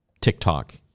TikTok